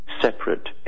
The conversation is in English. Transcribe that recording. separate